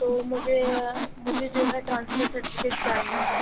تو مجھے مجھے جو ہے ٹرانسفر سرٹیفکیٹ چاہیے